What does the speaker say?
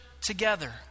together